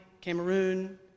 Cameroon